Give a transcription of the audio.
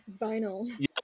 vinyl